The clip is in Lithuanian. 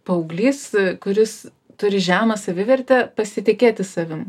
paauglys kuris turi žemą savivertę pasitikėti savim